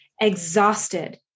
exhausted